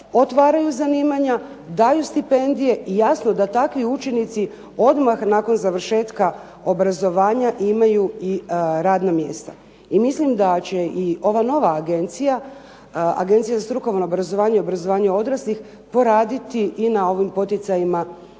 otvaraju zanimaju, daju stipendije. I jasno da takvi učenici odmah nakon završetka obrazovanja imaju i radna mjesta. I mislim da će i ova nova agencija, Agencija za strukovno obrazovanje i obrazovanje odraslih poraditi i na ovim poticajima kako